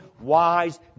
wise